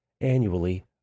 annually